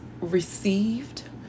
received